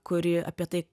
kuri apie tai